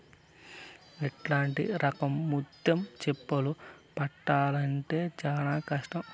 ఇట్లాంటి రకం ముత్యం చిప్పలు పట్టాల్లంటే చానా కష్టం